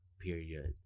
Period